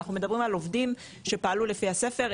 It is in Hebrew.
אנחנו מדברים על עובדים שפעלו לפי הספר,